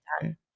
done